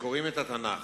שקוראים את התנ"ך,